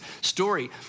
story